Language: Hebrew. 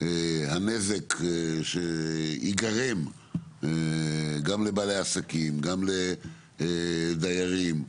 הנזק שייגרם גם לבעלי עסקים, גם לדיירים,